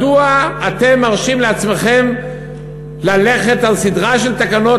מדוע אתם מרשים לעצמכם ללכת על סדרה של תקנות